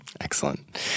Excellent